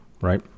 right